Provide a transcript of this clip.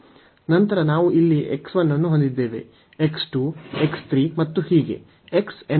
ನಂತರ ನಾವು ಇಲ್ಲಿ x 1 ಅನ್ನು ಹೊಂದಿದ್ದೇವೆ x 2 x 3 ಮತ್ತು ಹೀಗೆ ಮತ್ತು